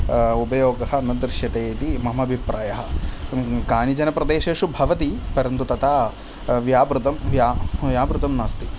उपयोगः न दृश्यते इति मम अभिप्रायः कानिचन प्रदेशेषु भवति परन्तु तथा व्यावृतं व्यावृतं नास्ति